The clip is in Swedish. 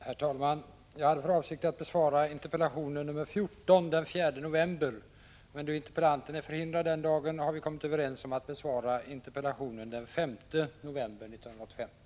Herr talman! Jag hade för avsikt att besvara interpellation nr 14 den 4 november, men då interpellanten är förhindrad den dagen har vi kommit överens om att svaret skall lämnas den 5 november 1985.